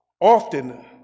often